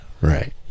Right